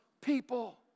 people